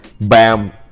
bam